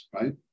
right